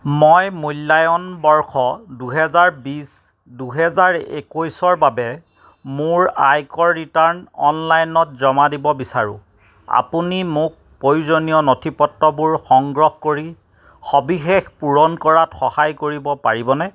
মই মূল্যায়ন বৰ্ষ দুহেজাৰ বিশ দুহেজাৰ একৈছৰ বাবে মোৰ আয়কৰ ৰিটাৰ্ণ অনলাইনত জমা দিব বিচাৰো আপুনি মোক প্ৰয়োজনীয় নথিপত্ৰবোৰ সংগ্ৰহ কৰি সবিশেষ পূৰণ কৰাত সহায় কৰিব পাৰিবনে